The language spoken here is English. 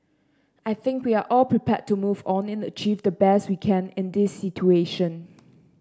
I think we are all prepared to move on and achieve the best we can in this situation